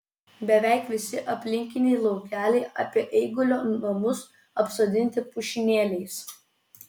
beveik visi aplinkiniai laukeliai apie eigulio namus apsodinti pušynėliais